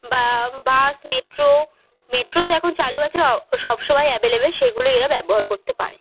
বা bus metro metro তো এখন চালু আছে সব সময় অ্যাভেলেবেল সেগুলোই এরা ব্যবহার করতে পারে